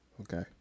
Okay